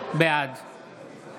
בעד